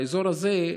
באזור הזה,